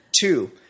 Two